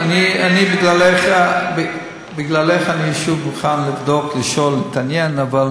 בגללך אני מוכן שוב לבדוק, לשאול, להתעניין, אבל